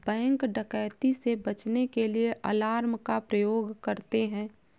bank डकैती से बचने के लिए अलार्म का प्रयोग करते है